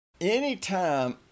anytime